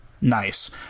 Nice